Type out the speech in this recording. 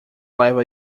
leva